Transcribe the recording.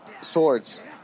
Swords